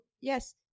Yes